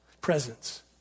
presence